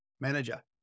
manager